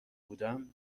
بودم